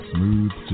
Smooth